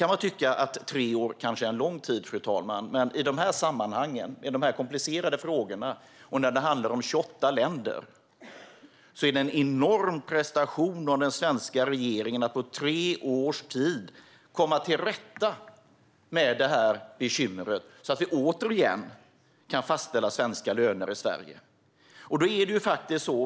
Man kan tycka att tre år är lång tid, fru talman, men i dessa sammanhang, när det gäller dessa komplicerade frågor och handlar om 28 länder, är det en enorm prestation av den svenska regeringen att på tre år komma till rätta med detta bekymmer, så att vi åter kan fastställa svenska löner i Sverige.